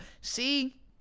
See